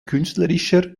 künstlerischer